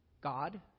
God